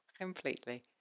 Completely